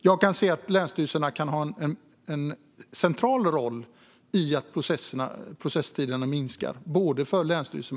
Jag kan se att länsstyrelserna kan ha en central roll i att processtiderna minskar, för länsstyrelsernas men även för kommunernas del.